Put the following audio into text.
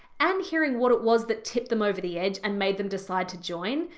and hearing what it was that tipped them over the edge and made them decide to join,